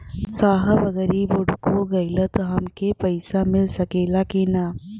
साहब अगर इ बोडखो गईलतऽ हमके पैसा मिल सकेला की ना?